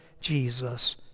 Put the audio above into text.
Jesus